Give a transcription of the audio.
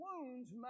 wounds